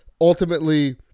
ultimately